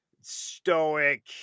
stoic